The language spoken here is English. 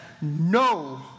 no